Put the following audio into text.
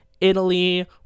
Italy